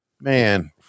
man